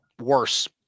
Worse